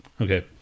Okay